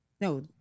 no